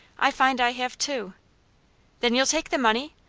i find i have two then you'll take the money?